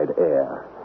air